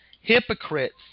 hypocrites